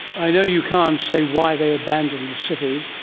i know you can't say why they abandoned the city,